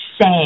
say